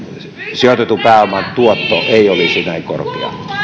sijoitetun pääoman tuotto ei olisi näin korkea